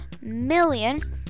million